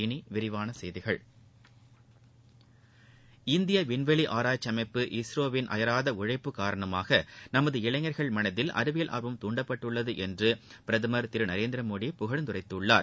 இனி விரிவான செய்திகள் இந்திய விண்வெளி ஆராய்ச்சி அமைப்பு இஸ்ரோவின் அயராத உளழப்பு காரணமாக நமது இளைஞர்கள் மனதில் அறிவியல் ஆர்வம் துண்டப்பட்டுள்ளது என்று பிரதமர் திரு நரேந்திரமோடி புகழ்ந்துரைத்துள்ளார்